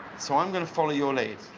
so i'm going to follow your lead.